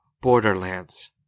Borderlands